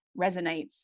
resonates